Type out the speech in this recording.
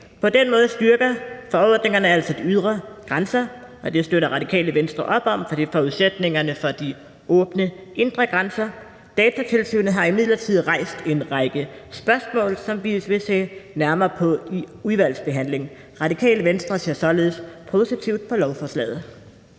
På den måde styrker forordningerne altså de ydre grænser, og det støtter Radikale Venstre op om, for det er forudsætningerne for de åbne indre grænser. Datatilsynet har imidlertid rejst en række spørgsmål, som vi vil se nærmere på i udvalgsbehandlingen. Radikale Venstre ser således positivt på lovforslaget.